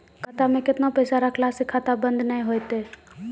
खाता मे केतना पैसा रखला से खाता बंद नैय होय तै?